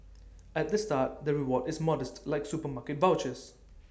at the start the reward is modest like supermarket vouchers